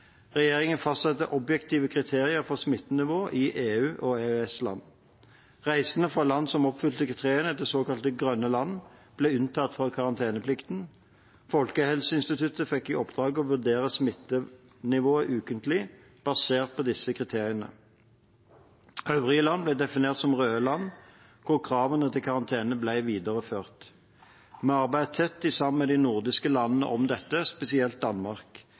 Regjeringen fastsatte objektive kriterier for smittenivå i EU- og EØS-land. Reisende fra land som oppfylte kriteriene til såkalte grønne land, ble unntatt fra karanteneplikten. Folkehelseinstituttet fikk i oppdrag å vurdere smittenivået ukentlig, basert på disse kriteriene. Øvrige land ble definert som røde land, hvor kravene til karantene ble videreført. Vi arbeider tett sammen med de nordiske landene om dette, spesielt med Danmark.